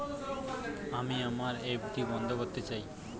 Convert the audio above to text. আমি আমার এফ.ডি বন্ধ করতে চাই